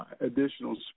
additional